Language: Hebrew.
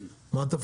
אני.